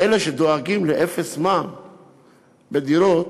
שאלה שדואגים לאפס מע"מ בדירות,